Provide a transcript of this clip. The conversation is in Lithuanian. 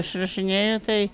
išrašinėjo tai